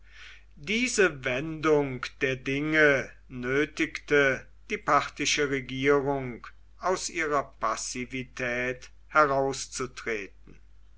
diese wendung der dinge nötigte die parthische regierung aus ihrer passivität herauszutreten